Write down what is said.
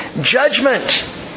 judgment